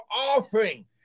offering